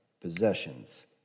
possessions